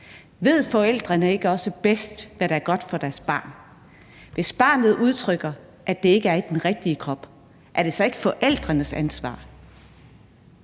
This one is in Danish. Ved forældrene ikke også bedst, hvad der er godt for deres barn? Hvis barnet udtrykker, at det ikke er i den rigtige krop, er det så ikke forældrenes ansvar?